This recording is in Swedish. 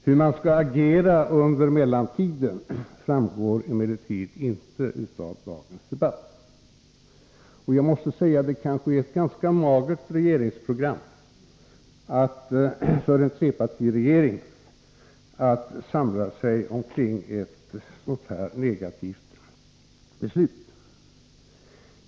Hur man skall agera under mellantiden framgår emellertid inte av dagens debatt. Jag måste säga att det är ett ganska magert regeringsprogram för en trepartiregering att samla sig omkring ett sådant här negativt beslut.